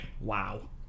Wow